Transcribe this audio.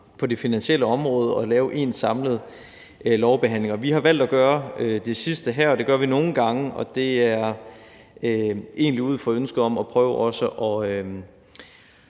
på det finansielle område at lave én samlet lovbehandling. Vi har valgt at gøre det sidste her, og det gør vi nogle gange, og det er egentlig ud fra ønsket om at prøve også at